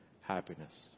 happiness